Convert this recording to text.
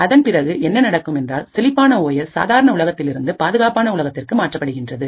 அதன் பிறகு என்ன நடக்கும் என்றால் செழிப்பான ஓ எஸ் சாதாரண உலகத்திலிருந்து பாதுகாப்பான உலகத்திற்கு மாற்றப்படுகிறது